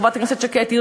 חברת הכנסת שקד,